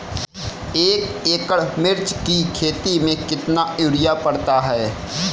एक एकड़ मिर्च की खेती में कितना यूरिया पड़ता है?